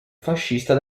fascista